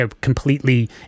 completely